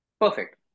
Perfect